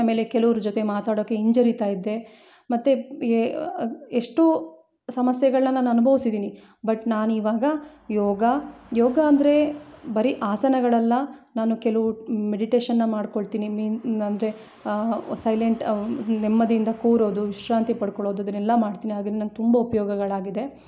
ಆಮೇಲೆ ಕೆಲವ್ರ ಜೊತೆ ಮಾತಾಡೋಕ್ಕೆ ಹಿಂಜರಿತಾ ಇದ್ದೆ ಮತ್ತೆ ಎ ಎಷ್ಟು ಸಮಸ್ಯೆಗಳನ್ನು ನಾನು ಅನುಭವಿಸಿದ್ದೀನಿ ಬಟ್ ನಾನು ಇವಾಗ ಯೋಗ ಯೋಗ ಅಂದರೆ ಬರಿ ಆಸನಗಳಲ್ಲ ನಾನು ಕೆಲವು ಮೆಡಿಟೇಷನ್ನ ಮಾಡ್ಕೊಳ್ತೀನಿ ಮೀನ್ ಅಂದರೆ ಸೈಲೆಂಟ್ ನೆಮ್ಮದಿಯಿಂದ ಕೂರೋದು ವಿಶ್ರಾಂತಿ ಪಡ್ಕೊಳ್ಳೋದುದಿದನೆಲ್ಲ ಮಾಡ್ತೀನಿ ಆಗಿ ನಂಗೆ ತುಂಬ ಉಪಯೋಗಗಳಾಗಿದೆ